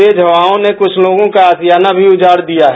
तेज हवाओं ने कुछ लोगों का आशियाना भी उजाड़ दिया है